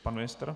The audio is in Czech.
Pan ministr?